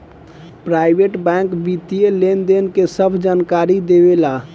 private bank वित्तीय लेनदेन के सभ जानकारी देवे ला